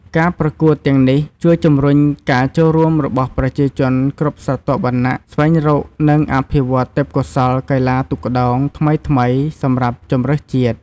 ការប្រកួតទាំងនេះជួយជំរុញការចូលរួមរបស់ប្រជាជនគ្រប់ស្រទាប់វណ្ណៈ ស្វែងរក និងអភិវឌ្ឍន៍ទេពកោសល្យកីឡាទូកក្ដោងថ្មីៗសម្រាប់ជម្រើសជាតិ។